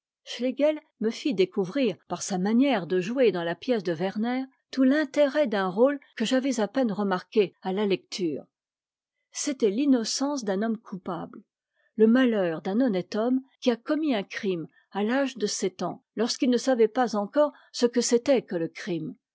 me fit découvrir par sa manière de jouer dans la pièce de werner tout l'intérêt d'un rôle que j'avais à peine remarqué à la lecture c'était l'innocence d'un homme coupable le matheur d'un honnête homme qui a commis un crime à l'âge de sept ans lorsqu'il ne savait pas encore ce que c'était que te crime